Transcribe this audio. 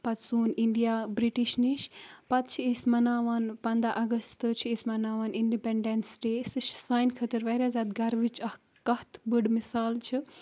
پَتہٕ سون India British نِش پَتہٕ چھِ أسۍ مَناوان پنٛداہ اَگست چھِ أسۍ مَناوان اِنڈِپینڈنٕس ڈے سُہ چھِ سانہِ خٲطرٕ واریاہ زیادٕ گَروٕچ اَکھ کَتھ بٔڑ مِثال چھِ